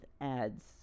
ads